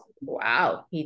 wow